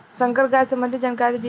संकर गाय सबंधी जानकारी दी?